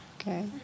okay